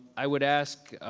i would ask,